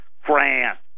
France